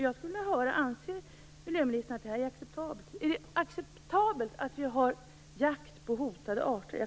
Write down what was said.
Jag skulle vilja höra om miljöministern anser att detta är acceptabelt. Är det acceptabelt att vi har jakt på hotade arter?